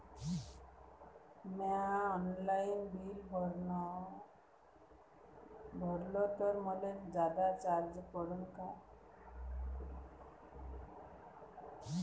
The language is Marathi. म्या ऑनलाईन बिल भरलं तर मले जादा चार्ज पडन का?